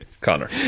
Connor